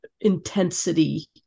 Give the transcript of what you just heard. intensity